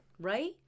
right